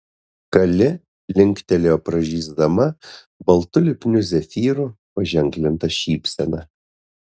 kali linktelėjo pražysdama baltu lipniu zefyru paženklinta šypsena